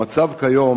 המצב כיום,